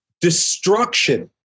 destruction